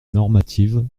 normative